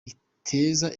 iteza